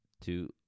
two